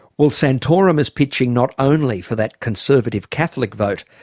well, santorum is pitching not only for that conservative catholic vote,